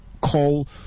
call